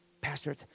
Pastor